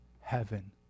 Heaven